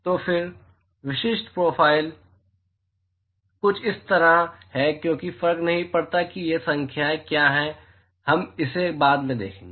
तो फिर विशिष्ट प्रोफ़ाइल कुछ इस तरह है कोई फर्क नहीं पड़ता कि ये संख्याएँ क्या हैं हम इसे बाद में देखेंगे